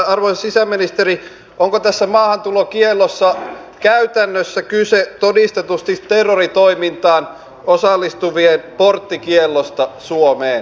arvoisa sisäministeri onko tässä maahantulokiellossa käytännössä kyse todistetusti terroritoimintaan osallistuvien porttikiellosta suomeen